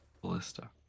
ballista